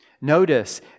Notice